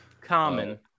common